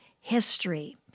history